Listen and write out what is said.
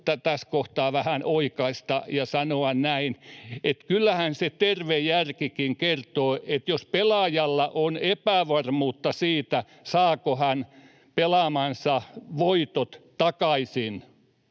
nyt tässä kohtaa vähän oikaista ja sanoa näin, että kyllähän se terve järkikin kertoo, että jos pelaajalla on epävarmuutta siitä, saako hän pelaamansa voitot takaisin,